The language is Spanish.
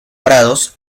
prados